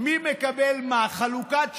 מי מקבל מה, חלוקת שלל,